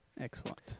Excellent